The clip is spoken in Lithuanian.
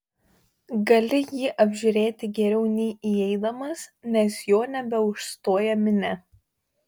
gali jį apžiūrėti geriau nei įeidamas nes jo nebeužstoja minia